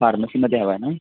फार्मसिमध्ये हवा आहे ना